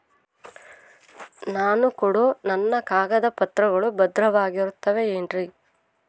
ನಾನು ಕೊಡೋ ನನ್ನ ಕಾಗದ ಪತ್ರಗಳು ಭದ್ರವಾಗಿರುತ್ತವೆ ಏನ್ರಿ?